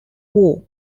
war